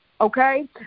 Okay